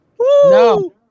No